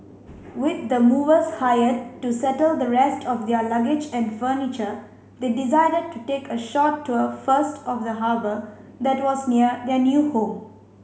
with the movers hired to settle the rest of their luggage and furniture they decided to take a short tour first of the harbour that was near their new home